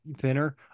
thinner